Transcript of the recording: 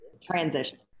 transitions